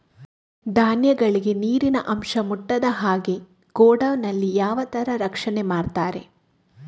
ಧಾನ್ಯಗಳಿಗೆ ನೀರಿನ ಅಂಶ ಮುಟ್ಟದ ಹಾಗೆ ಗೋಡೌನ್ ನಲ್ಲಿ ಯಾವ ತರ ರಕ್ಷಣೆ ಮಾಡ್ತಾರೆ?